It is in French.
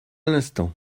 l’instant